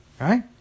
Right